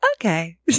Okay